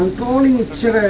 going to